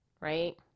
Right